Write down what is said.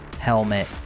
helmet